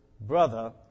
brother